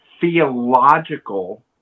theological